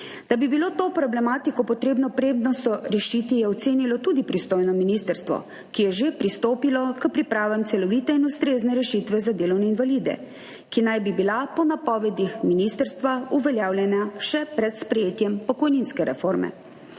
Da bi bilo to problematiko treba rešiti prednostno, je ocenilo tudi pristojno ministrstvo, ki je že pristopilo k pripravam celovite in ustrezne rešitve za delovne invalide, ki naj bi bila po napovedih ministrstva uveljavljena še pred sprejetjem pokojninske reforme.